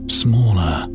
smaller